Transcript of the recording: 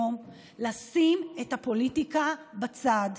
לשים את הפוליטיקה בצד.